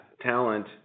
talent